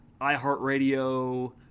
iHeartRadio